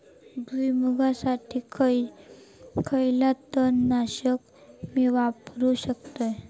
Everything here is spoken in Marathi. भुईमुगासाठी खयला तण नाशक मी वापरू शकतय?